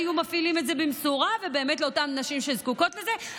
היו מפעילים את זה במשורה ובאמת לאותן נשים שזקוקות לזה,